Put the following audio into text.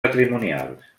patrimonials